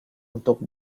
untuk